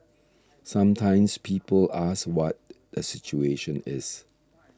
sometimes people ask what the situation is